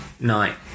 night